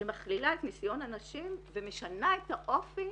שמכלילה את ניסיון הנשים ומשנה את האופי